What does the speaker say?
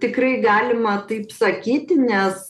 tikrai galima taip sakyti nes